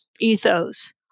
ethos